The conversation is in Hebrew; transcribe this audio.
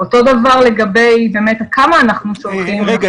אותו דבר לגבי כמה אנחנו שולחים --- רגע,